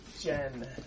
Jen